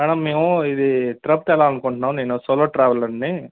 madam మేము ఇది trip వెళ్ళాలి అనుకుంటున్నాం నేను సోలో ట్రావెలర్ని